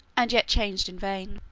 and yet changed in vain.